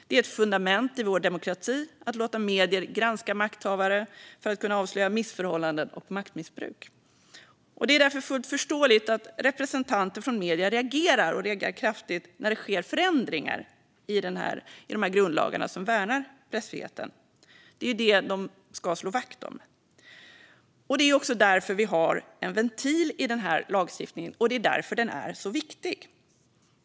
Det är ett fundament i vår demokrati att låta medier granska makthavare för att kunna avslöja missförhållanden och maktmissbruk. Det är därför fullt förståeligt att representanter från medierna reagerar och reagerar kraftigt när det sker förändringar i de grundlagar som värnar pressfriheten. Det är ju det de ska slå vakt om. Det är också därför vi har en ventil i den här lagstiftningen, och det är därför den är så viktig.